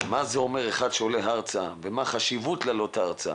מה זה אומר אחד שעולה ארצה ומה החשיבות של לעלות ארצה